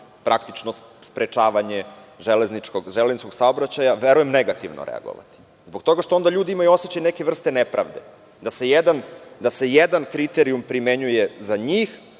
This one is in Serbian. praktično sprečavanja železničkog saobraćaja, verujem, negativno reagovati. Zbog toga što onda ljudi imaju osećaj neke vrste nepravde, da se jedan kriterijum primenjuje za njih,